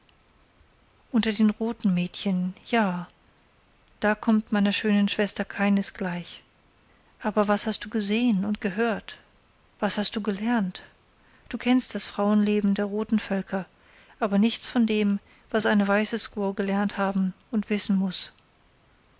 unter den roten mädchen ja da kommt meiner schönen schwester keines gleich aber was hast du gesehen und gehört was hast du gelernt du kennst das frauenleben der roten völker aber nichts von dem was eine weiße squaw gelernt haben und wissen muß